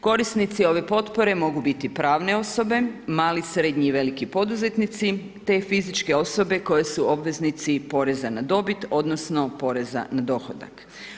Korisnici ove potpore mogu biti pravne osobe, mali, srednji i veliki poduzetnici, te fizičke osobe koji su obveznici poreza na dobit, odnosno, poreza na dohodak.